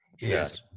Yes